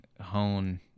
hone